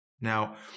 Now